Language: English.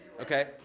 Okay